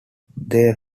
they